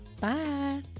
Bye